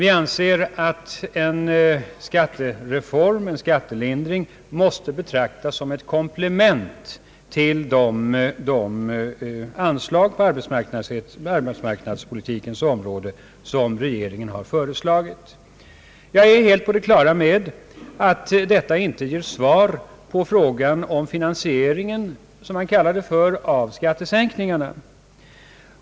Vi anser att en skattereform, en skattelindring, måste betraktas som ett komplement till de anslag på arbetsmarknadspolitikens område som regeringen har föreslagit. Jag är helt på det klara med att detta inte ger svar på frågan om finansieringen, som han kallade det, av skattesänkningarna.